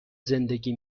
زندگی